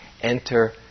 enter